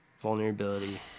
vulnerability